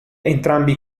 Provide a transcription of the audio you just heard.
entrambi